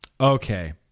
Okay